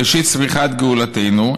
ראשית צמיחת גאולתנו,